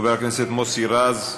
חבר הכנסת מוסי רז,